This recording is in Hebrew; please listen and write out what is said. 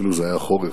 אפילו שזה היה חורף,